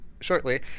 shortly